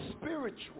spiritual